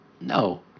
No